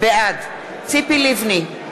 בעד ציפי לבני,